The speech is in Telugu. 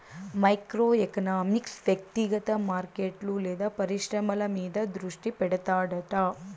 మైక్రో ఎకనామిక్స్ వ్యక్తిగత మార్కెట్లు లేదా పరిశ్రమల మీద దృష్టి పెడతాడట